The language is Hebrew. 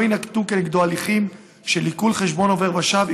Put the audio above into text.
יינקטו כנגדו הליכים של עיקול חשבון עובר ושב,